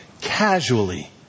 casually